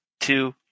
two